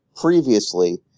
previously